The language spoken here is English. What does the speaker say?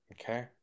Okay